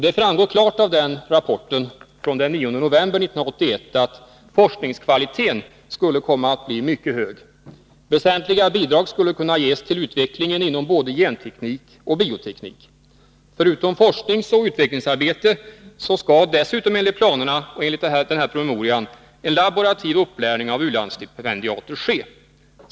Det framgår klart av den rapporten från den 9 november 1981 att forskningskvaliteten kommer att bli hög. Väsentliga bidrag skulle kunna ges till utvecklingen både inom genteknik och bioteknik. Förutom forskningsoch utvecklingsarbete skall dessutom, enligt planerna och enligt rapporten, en laborativ upplärning av u-landsstipendiater ske.